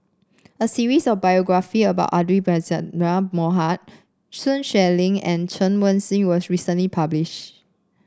a series of biographies about Abdul Aziz Pakkeer Mohamed Sun Xueling and Chen Wen Hsi was recently published